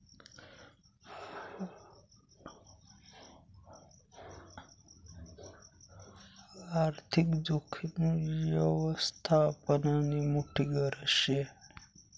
आर्थिक जोखीम यवस्थापननी मोठी गरज शे